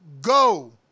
go